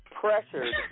pressured